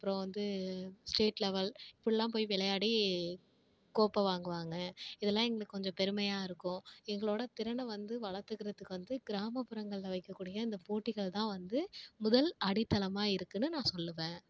அப்புறோம் வந்து state level இப்புடிலாம் போய் விளையாடி கோப்பை வாங்குவாங்க இதெலாம் எங்களுக்கு கொஞ்சம் பெருமையாக இருக்கும் எங்களோடய திறனை வந்து வளர்த்துக்குறதுக்கு வந்து கிராமப்புறங்கலில் வைக்கக்கூடிய இந்த போட்டிகள் தான் வந்து முதல் அடித்தளமாக இருக்குதுன்னு நான் சொல்லுவேன்